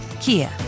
Kia